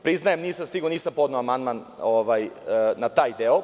Priznajem, nisam stigao, nisam podneo amandman na taj deo.